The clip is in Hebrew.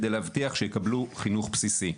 כדי להבטיח שיקבלו חינוך בסיסי.